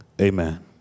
Amen